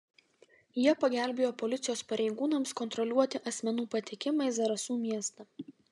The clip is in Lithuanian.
jie pagelbėjo policijos pareigūnams kontroliuoti asmenų patekimą į zarasų miestą